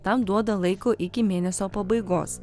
tam duoda laiko iki mėnesio pabaigos